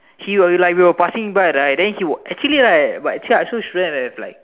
she will like we were passing by right then she actually right but actually I also shouldn't have like